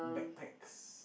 backpacks